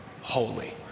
holy